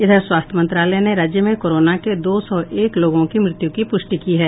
इधर स्वास्थ्य मंत्रालय ने राज्य में कोरोना से दो सौ एक लोगों की मृत्यु की पुष्टि की है